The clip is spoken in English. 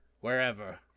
wherever